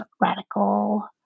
radical